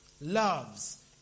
loves